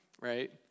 right